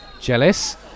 Jealous